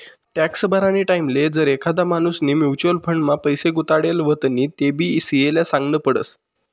tax भरानी टाईमले जर एखादा माणूसनी म्युच्युअल फंड मा पैसा गुताडेल व्हतीन तेबी सी.ए ले सागनं पडस